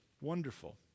Wonderful